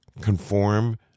conform